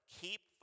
keep